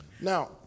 Now